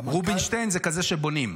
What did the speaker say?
רובינשטיין זה כזה שבונים.